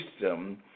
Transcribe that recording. system